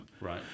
Right